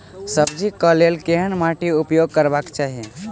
सब्जी कऽ लेल केहन माटि उपयोग करबाक चाहि?